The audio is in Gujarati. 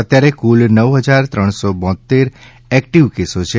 અત્યારે કુલ નવ ફજાર ત્રણસો બોત્તેર એક્ટીવ કેસો છે